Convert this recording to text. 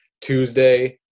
Tuesday